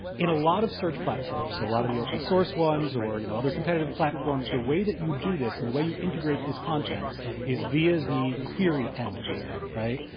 in a lot of search platforms, so a lot of the open source ones or you know other competitive platforms, the way that you do this and the way you integrate this content is via the query end of the matter, right?